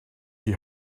die